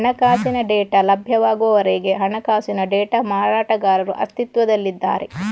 ಹಣಕಾಸಿನ ಡೇಟಾ ಲಭ್ಯವಾಗುವವರೆಗೆ ಹಣಕಾಸಿನ ಡೇಟಾ ಮಾರಾಟಗಾರರು ಅಸ್ತಿತ್ವದಲ್ಲಿದ್ದಾರೆ